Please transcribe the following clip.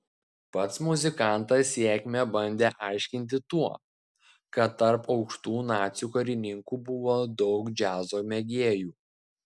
pats muzikantas sėkmę bandė aiškinti tuo kad tarp aukštų nacių karininkų buvo daug džiazo mėgėjų